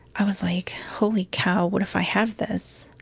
i was like, holy cow, what if i have this?